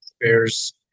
Bears